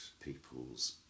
peoples